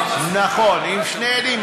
נכון, עם שני עדים.